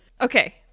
Okay